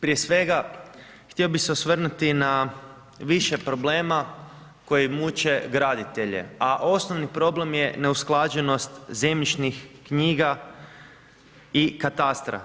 Prije svega, htio bi se osvrnuti na više problema koje muče graditelje, a osnovni problem je neusklađenost zemljišnih knjiga i katastra.